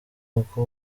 uko